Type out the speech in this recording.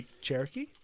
cherokee